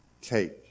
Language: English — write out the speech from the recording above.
Take